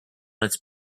its